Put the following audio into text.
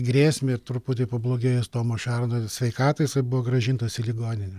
grėsmei ir truputį pablogėjus tomo šerno sveikatai jisai buvo grąžintas į ligoninę